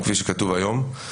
כפי שכתוב היום.